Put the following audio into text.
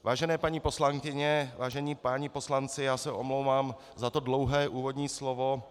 Vážené paní poslankyně, vážení páni poslanci, omlouvám se za to dlouhé úvodní slovo.